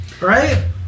right